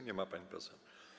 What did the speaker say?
Nie ma pani poseł.